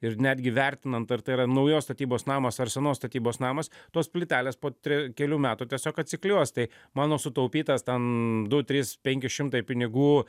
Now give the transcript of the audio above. ir netgi vertinant ar tai yra naujos statybos namas ar senos statybos namas tos plytelės po tre kelių metų tiesiog atsiklijuos tai mano sutaupytas ten du trys penki šimtai pinigų